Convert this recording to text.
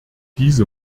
diese